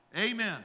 Amen